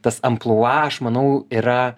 tas amplua aš manau yra